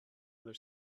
other